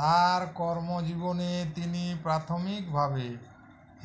তার কর্মজীবনে তিনি প্রাথমিকভাবে